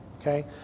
okay